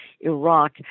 Iraq